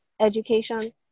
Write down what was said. education